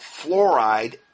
fluoride